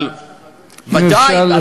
אבל ודאי, אם אפשר לסכם.